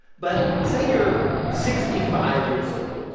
but say you're sixty five years old.